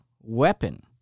weapon